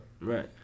Right